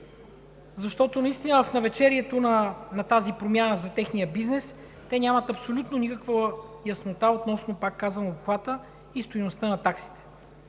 защото наистина в навечерието на тази промяна за техния бизнес, те нямат абсолютно никаква яснота относно обхвата и стойността на таксите,